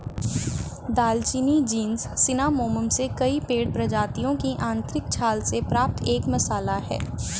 दालचीनी genus Cinnamomum से कई पेड़ प्रजातियों की आंतरिक छाल से प्राप्त एक मसाला है